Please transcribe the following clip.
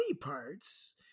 parts